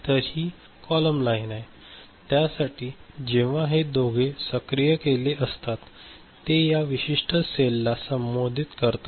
तर ही column line आहे त्यासाठी जेव्हा हे दोघे सक्रिय केलेले असतात ते या विशिष्ट सेलला संबोधित करतात